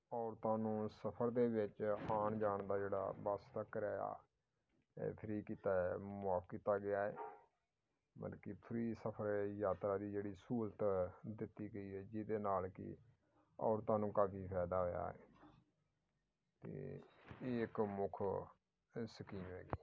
ਔਰਤਾਂ ਨੂੰ ਸਫ਼ਰ ਦੇ ਵਿੱਚ ਆਉਣ ਜਾਣ ਦਾ ਜਿਹੜਾ ਬੱਸ ਦਾ ਕਿਰਾਇਆ ਇਹ ਫਰੀ ਕੀਤਾ ਹੈ ਮੁਆਫ਼ ਕੀਤਾ ਗਿਆ ਹੈ ਮਤਲਬ ਕਿ ਫਰੀ ਸਫ਼ਰ ਹੈ ਯਾਤਰਾ ਦੀ ਜਿਹੜੀ ਸਹੂਲਤ ਹੈ ਦਿੱਤੀ ਗਈ ਹੈ ਜਿਹਦੇ ਨਾਲ ਕਿ ਔਰਤਾਂ ਨੂੰ ਕਾਫੀ ਫਾਇਦਾ ਹੋਇਆ ਅਤੇ ਇਹ ਇੱਕ ਮੁੱਖ ਸਕੀਮ ਹੈਗੀ